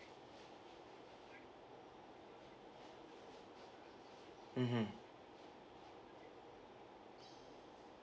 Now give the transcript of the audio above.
mmhmm